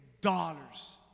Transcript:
dollars